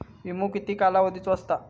विमो किती कालावधीचो असता?